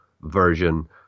version